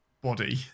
body